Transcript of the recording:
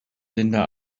linda